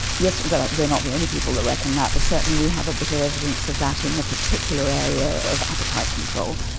well, we are not the only people that reckon that, but certainly we have a bit of evidence of that in the particular area of appetite control,